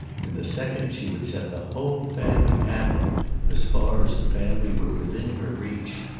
in the second she would set the whole family at him as far as the family were within her reach.